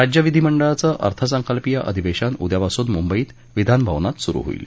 राज्य विधीमंडळाचं अर्थसंकल्पीय अधिवेशन उद्यापासून मुंबईत विधान भवनात सुरु होईल